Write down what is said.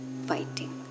fighting